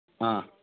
हां